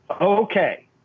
okay